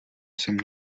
jsem